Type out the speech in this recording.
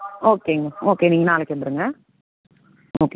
ஓகேங்க ma'am okay நீங்கள் நாளைக்கு வந்துருங்க ஓகே